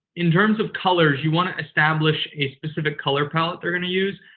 in terms of colors, you want to establish a specific color palette they're going to use.